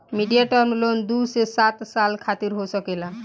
medium term loan दू से सात साल खातिर हो सकेला